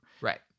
right